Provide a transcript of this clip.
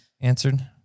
answered